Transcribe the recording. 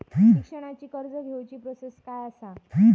शिक्षणाची कर्ज घेऊची प्रोसेस काय असा?